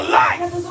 life